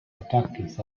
ataques